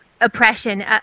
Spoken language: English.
oppression